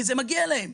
כי זה מגיע להם.